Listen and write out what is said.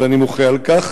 ואני מוחה על כך.